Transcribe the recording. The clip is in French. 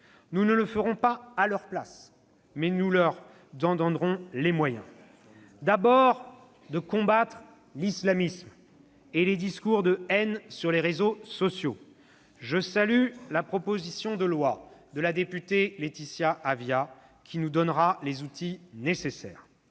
Nous ne le ferons pas à leur place, mais nous leur donnerons les moyens : d'abord, de combattre l'islamisme et les discours de haine sur les réseaux sociaux- je salue la proposition de loi de Laetitia Avia, qui nous donnera les outils nécessaires